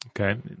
Okay